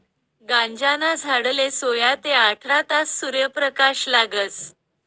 गांजाना झाडले सोया ते आठरा तास सूर्यप्रकाश लागस